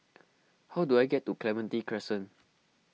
how do I get to Clementi Crescent